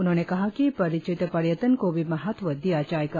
उन्होंने कहा कि परिचित पर्यटन को भी महत्व दिया जाएगा